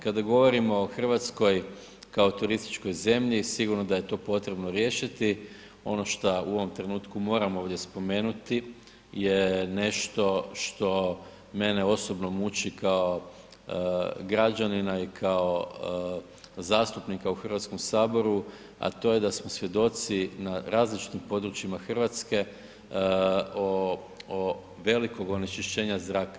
Kada govorimo o Hrvatskoj kao turističkoj zemlji, sigurno da je to potrebno riješiti, ono šta u ovom trenutku moram ovdje spomenuti je nešto što mene osobno muči kao građanina i kao zastupnika u Hrvatskom saboru a to je da smo svjedoci na različitim područjima Hrvatske o velikog onečišćenja zraka.